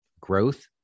growth